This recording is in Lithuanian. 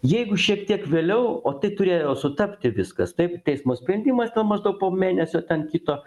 jeigu šiek tiek vėliau o tai turėjo sutapti viskas taip teismo sprendimas ten maždaug po mėnesio ten kito